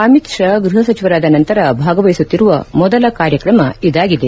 ಅಮಿತ್ ಶಾ ಗ್ಯಹಸಚಿವರಾದ ನಂತರ ಭಾಗವಹಿಸುತ್ತಿರುವ ಮೊದಲ ಕಾರ್ಯಕ್ರಮ ಇದಾಗಿದೆ